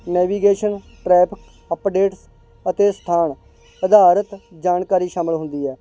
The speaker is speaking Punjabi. ਨੈਵੀਗੇਸ਼ਨ ਟਰੈਪ ਅਪਡੇਟਸ ਅਤੇ ਸਥਾਨ ਆਧਾਰਿਤ ਜਾਣਕਾਰੀ ਸ਼ਾਮਿਲ ਹੁੰਦੀ ਹੈ